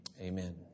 Amen